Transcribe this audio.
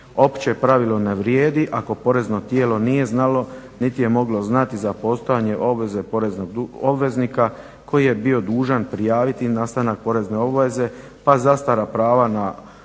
opće pravilo ne vrijedi ako porezno tijelo nije znalo niti je moglo znati za postojanje obveze poreznog obveznika koji je bio dužan prijaviti nastanak porezne obveze pa zastara prava na utvrđivanje